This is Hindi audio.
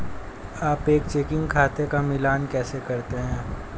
आप एक चेकिंग खाते का मिलान कैसे करते हैं?